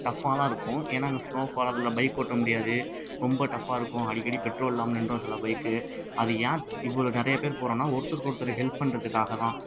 டஃப்பாலாம் இருக்கும் ஏன்னால் அங்கே ஸ்னோ ஃபால் அதில் பைக் ஓட்ட முடியாது ரொம்ப டஃப்பாக இருக்கும் அடிக்கடி பெட்ரோல் இல்லாமல் நின்றுடும் சில பைக்கு அது ஏன் இவ்வளோ நிறைய பேர் போகிறோன்னா ஒருத்தருக்கு ஒருத்தரு ஹெல்ப் பண்ணுறதுக்காக தான்